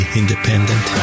independent